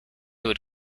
would